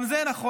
גם זה נכון.